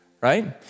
Right